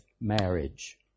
marriage